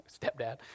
stepdad